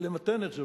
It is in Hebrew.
למתן את זה,